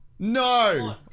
No